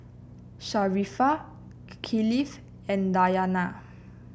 Sharifah Kifli and Dayana